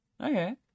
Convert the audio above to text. Okay